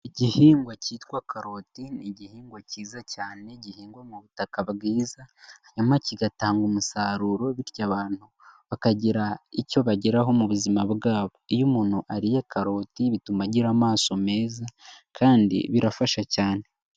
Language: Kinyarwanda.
Igihingwa cyitwa karoti ni igihingwa cyiza cyane gihingwa mu butaka bwiza, hanyuma kigatanga umusaruro bityo abantu bakagira icyo bageraho mu buzima bwabo. Iyo umuntu ariye karoti bituma agira amaso meza kandi birafasha cyane.